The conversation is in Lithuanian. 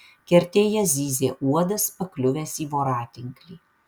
kertėje zyzė uodas pakliuvęs į voratinklį